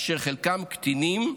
אשר חלקם קטינים,